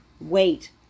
Wait